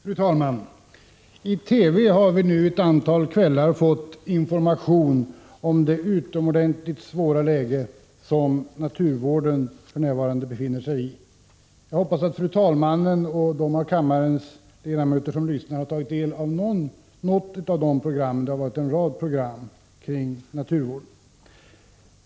Fru talman! I TV har vi ett antal kvällar fått information om det utomordenligt svåra läge som naturvården för närvarande befinner sig i. Jag hoppas att fru talmannen och de ledamöter som lyssnar har tagit del av något av programmen om naturvården.